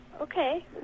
okay